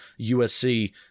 USC